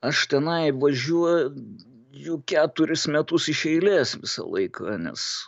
aš tenai važiuoju keturis metus iš eilės visą laiką nes